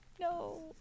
No